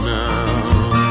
now